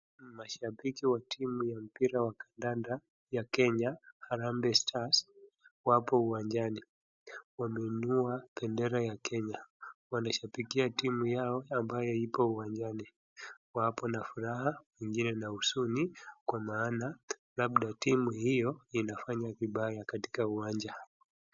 Mashabiki wa timu ya mpira wa kandanda ya Kenya Harambee stars wapo uwanjani, wameinua bendera Kenya. Wanashabikia timu yao ambayo ipo wanjani. Wapo na furaha wengine na huzuni kwa maana labda timu hiyo inafanya vibaya katika uwanja.